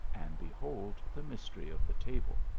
and behold the mystery of the table.